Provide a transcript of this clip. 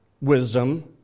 wisdom